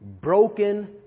broken